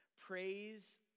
Praise